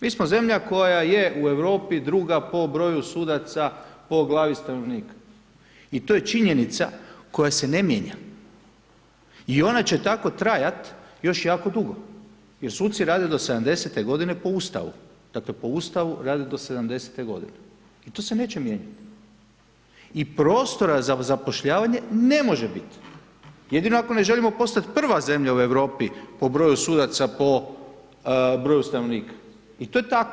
Mi smo zemlja koja je u Europi druga po broju sudaca, po glavi stanovnika i to je činjenica koja se ne mijenja i ona će tako trajati još jako dugo, jer suci rade do 70 g. po Ustavu, dakle, po Ustavu rade do 70 g. To se neće mijenjati i prostora za zapošljavanje ne može biti, jedino ako ne želimo postati prva zemlja u Europi po broju sudaca, po broju stanovnika i to je tako.